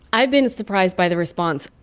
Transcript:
i've been surprised by the response.